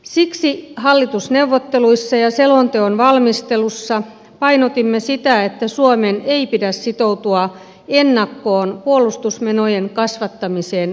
siksi hallitusneuvotteluissa ja selonteon valmistelussa painotimme sitä että suomen ei pidä sitoutua ennakkoon puolustusmenojen kasvattamiseen lähivuosina